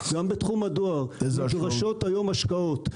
גם בתחום הדואר נדרשות היום השקעות.